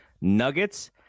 Nuggets